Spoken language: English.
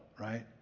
Right